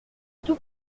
tout